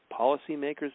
policymakers